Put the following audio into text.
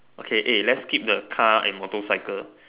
okay eh let's skip the car and motorcycle